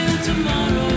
Tomorrow